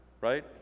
right